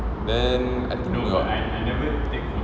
then I don't know ya